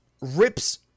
rips